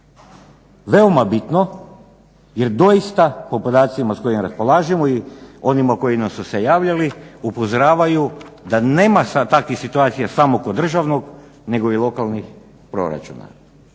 Veoma bitno jer doista po podacima s kojima raspolažemo i onima koji su se javljali upozoravaju da nema sad takvih situacija samo kod državnog nego i lokalnih proračuna.